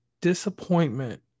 disappointment